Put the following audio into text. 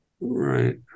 Right